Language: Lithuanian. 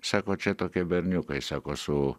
sako čia tokie berniukai sako su